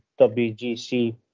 WGC